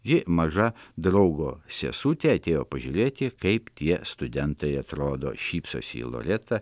ji maža draugo sesutė atėjo pažiūrėti kaip tie studentai atrodo šypsosi į loretą